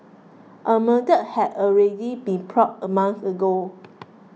a murder had already been plotted a month ago